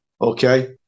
Okay